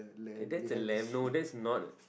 that's a lamb no that's not